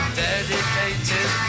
dedicated